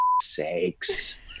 sakes